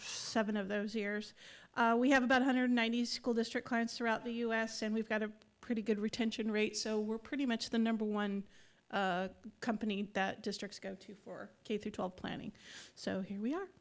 seven of those years we have about one hundred ninety school district cards throughout the u s and we've got a pretty good retention rate so we're pretty much the number one company that districts go to four k through twelve planning so here we are